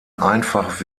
einfach